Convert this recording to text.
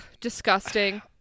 disgusting